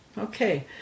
Okay